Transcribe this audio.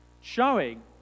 showing